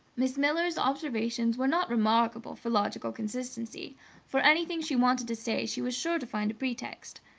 miss miller's observations were not remarkable for logical consistency for anything she wanted to say she was sure to find a pretext.